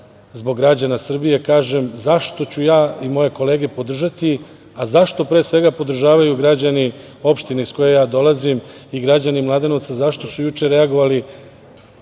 zbog građana Srbije kažem zašto ću ja i moje kolege podržati, a zašto pre svega podržavaju građani opštine iz koje ja dolazim i građani Mladenovca zašto su juče reagovali,